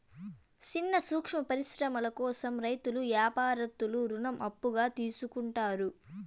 సిన్న సూక్ష్మ పరిశ్రమల కోసం రైతులు యాపారత్తులు రుణం అప్పుగా తీసుకుంటారు